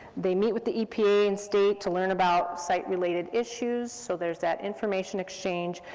they meet with the epa and state to learn about site related issues, so there's that information exchange,